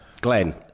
Glenn